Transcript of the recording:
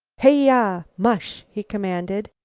heya mush! he commanded,